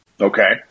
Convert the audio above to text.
Okay